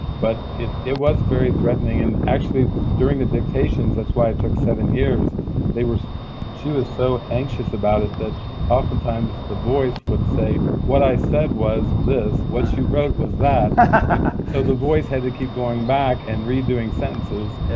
but it it was very threatening and actually, during the dictation that's why it took seven years she was so anxious about it that oftentimes the voice would say, what i said was this, what you wrote was that, so the voice had to keep going back and redoing sentences.